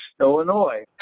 Illinois